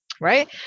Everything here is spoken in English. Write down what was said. Right